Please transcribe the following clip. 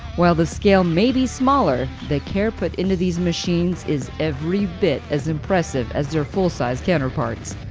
while the scale may be smaller, the care put into these machines is every bit as impressive as their full-size counterparts.